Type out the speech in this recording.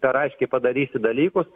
per aiškiai padarysi dalykus